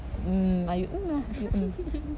mm ah you mm ah mm mm